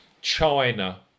China